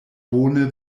bone